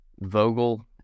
Vogel